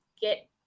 get